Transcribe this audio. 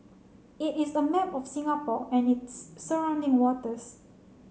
it is a map of Singapore and its surrounding waters